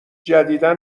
جدیدا